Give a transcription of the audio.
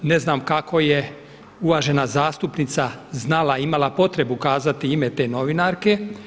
Ne znam kako je uvažena zastupnica znala, imala potrebu kazati ime te novinarke.